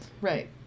right